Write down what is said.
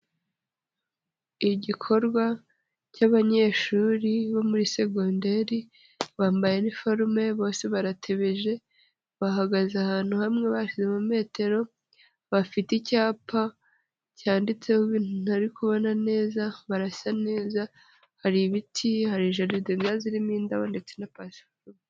Igikorwa cy'abanyeshuri bo muri segonderi bambaye iniforume bose baratebeje bahagaze ahantu hamwe basizemo metero, bafite icyapa cyanditseho ibintu ntari kubona neza barasa neza hari ibiti, hari jaride zirimo indabo ndetse na pasiparume.